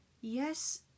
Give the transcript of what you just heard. yes